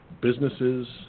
businesses